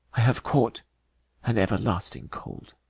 i have caught an everlasting cold